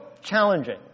challenging